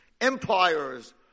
empires